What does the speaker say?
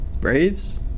Braves